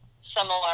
Similar